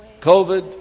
COVID